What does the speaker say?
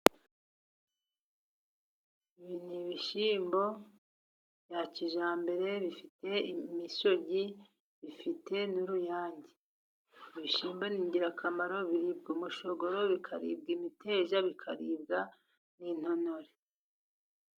Ibi ni ibishyimbo bya kijyambere bifite imishogi, bifite n'uruyange. Ibishyimbo ni ingirakamaro biribwa umushogoro, bikaribwa imiteja, bikaribwa n'intonore.